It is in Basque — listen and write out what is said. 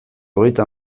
hogeita